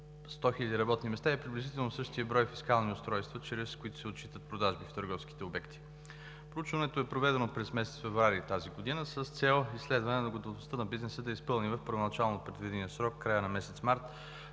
100 хиляди работни места и приблизително същия брой фискални устройства, чрез които се отчитат продажбите в търговските обекти. Проучването е проведено през месец февруари тази година с цел изследване готовността на бизнеса да изпълни в първоначално предвидения срок – края на месец март